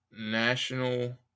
National